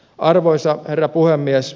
arvoisa herra puhemies